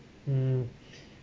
mm